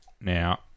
Now